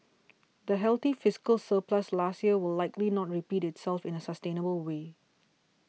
the healthy fiscal surplus last year will likely not repeat itself in a sustainable way